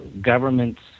government's